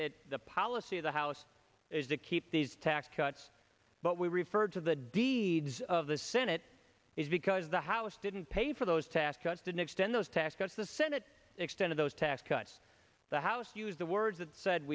that the policy of the house is to keep these tax cuts but we referred to the deeds of the senate is because the house didn't pay for those to ask us didn't extend those tax cuts the senate extend of those tax cuts the house used the words that said